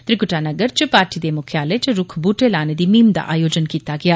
त्रिकुटा नगर च पार्टी दे मुक्खालय च रूक्ख बूहटे लाने दी मुहिम दा आयोजन कीता गेआ